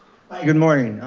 good morning.